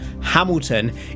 Hamilton